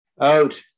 Out